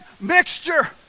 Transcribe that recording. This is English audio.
mixture